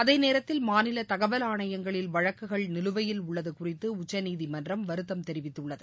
அதே நேரத்தில் மாநில தகவல் ஆணையங்களில் வழக்குகள் நிலுவையில் உள்ளது குறித்து உச்சநீதிமன்றம் வருத்தம் தெரிவித்துள்ளது